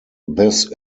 this